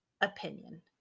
opinion